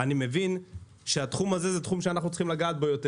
אני מבין שהתחום הזה הוא תחום שאנחנו צריכים לגעת בו יותר